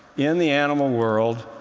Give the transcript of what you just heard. in the animal world,